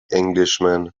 englishman